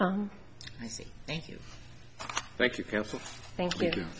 thank you thank you counsel thank you